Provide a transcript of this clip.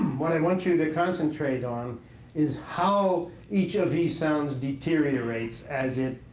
what i want you to concentrate on is how each of these sounds deteriorates as it